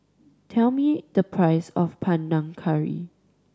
tell me the price of Panang Curry